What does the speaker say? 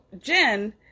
Jen